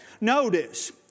notice